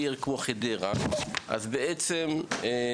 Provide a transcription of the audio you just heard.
או עיר כמו חדרה,